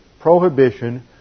Prohibition